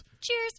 Cheers